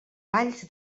valls